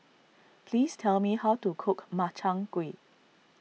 please tell me how to cook Makchang Gui